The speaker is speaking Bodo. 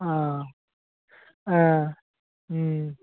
अह एह ओम